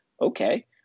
Okay